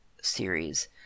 series